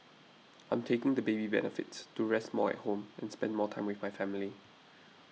I'm taking the baby benefits to rest more at home and spend more time with my family